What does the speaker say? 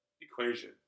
equation